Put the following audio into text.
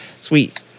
sweet